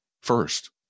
first